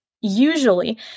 Usually